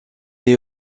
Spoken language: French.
est